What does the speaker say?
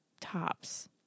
tops